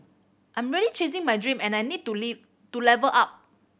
I'm really chasing my dream and I need to leave to level up